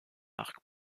arc